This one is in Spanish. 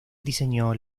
diseñó